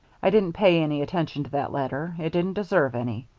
i didn't pay any attention to that letter it didn't deserve any.